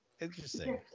Interesting